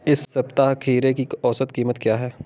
इस सप्ताह खीरे की औसत कीमत क्या है?